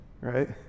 right